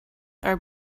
are